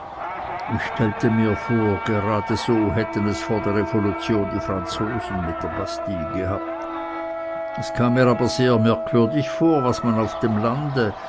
ich stellte mir vor gerade so hätten es vor der revolution die franzosen mit der bastille gehabt es kam mir aber sehr merkwürdig vor was man auf dem lande